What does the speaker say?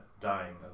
Dying